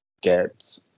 get